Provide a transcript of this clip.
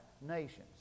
nations